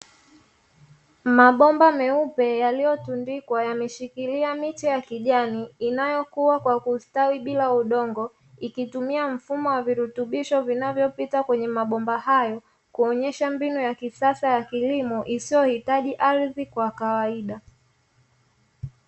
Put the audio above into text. Mabomba meupe yaliyotundikwa yameshikilia miche ya kijani inayokua kwa kustawi bila udongo, ikitumia mfumo wa virutubisho vinavyopita kwenye mabomba hayo, kuonyesha mbinu ya kisasa ya kilimo isiyohitaji ardhi kwa kawaida.